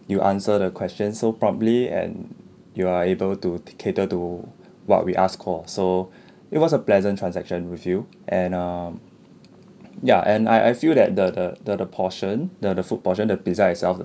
you answer the question so promptly and you are able to cater to what we ask call so it was a pleasant transaction with you and um ya and I I feel that the the the the portion the the food portion the pizza itself